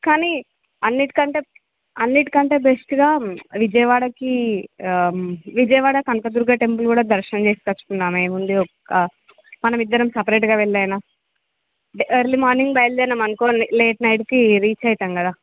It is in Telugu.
కానీ అన్నిటికంటే అన్నిటికంటే బెస్ట్గా విజయవాడకి విజయవాడ కనకదుర్గ టెంపుల్ కూడా దర్శనం చేసుకుందాము ఏముంది ఒక మనమిద్దరం సపరేట్గా వెళ్ళి అయిన ఎర్లీ మార్నింగ్ బయలుదేరాము అనుకో లేట్ నైట్కి రీచ్ అవుతాము కదా